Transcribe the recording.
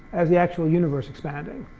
as the actual universe expanding.